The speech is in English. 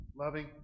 loving